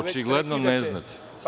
Očigledno ne znate.